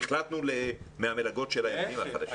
והחלטנו מהמלגות של הילדים החלשים?